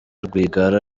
rwigara